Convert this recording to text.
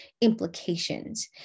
implications